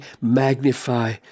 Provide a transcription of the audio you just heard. magnify